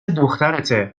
دخترته